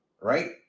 Right